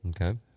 Okay